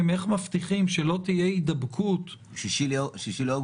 איך מבטיחים שלא תהיה הידבקות --- 6 באוגוסט.